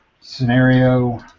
scenario